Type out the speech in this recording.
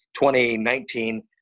2019